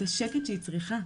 את השקט שהיא צריכה,